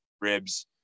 ribs